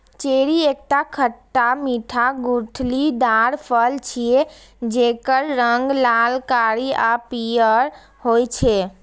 cherry एकटा खट्टा मीठा गुठलीदार फल छियै, जेकर रंग लाल, कारी आ पीयर होइ छै